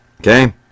Okay